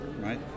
Right